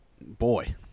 boy